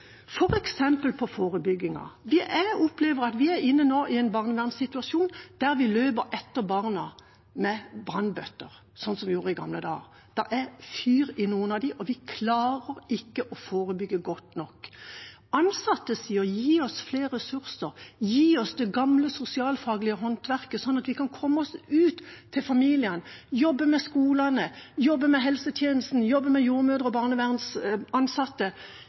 opplever at vi nå har en barnevernssituasjon der vi løper etter barna med brannbøtter, sånn som vi gjorde i gamle dager. Det er fyr noen steder, og vi klarer ikke å forebygge godt nok. Ansatte sier: Gi oss flere ressurser, gi oss det gamle sosialfaglige håndverket, sånn at vi kan komme oss ut til familiene, jobbe med skolene, jobbe med helsetjenesten og jobbe med jordmødre og barnevernsansatte